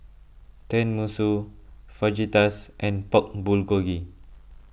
Tenmusu Fajitas and Pork Bulgogi